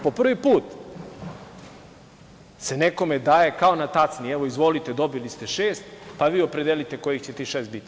Po prvi put se nekome daje kao na tacni - izvolite, dobili ste šest, a vi opredelite kojih će to šest biti.